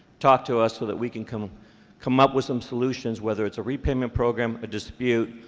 talk to us so that we can come come up with some solutions, whether it's a repayment program, a dispute,